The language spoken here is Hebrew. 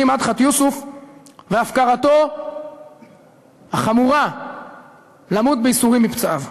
מדחת יוסף והפקרתו החמורה למות בייסורים מפצעיו.